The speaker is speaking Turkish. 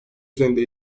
üzerinde